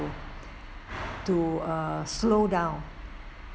to uh slow down